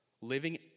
living